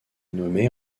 nommée